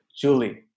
Julie